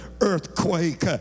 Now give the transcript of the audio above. earthquake